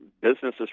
businesses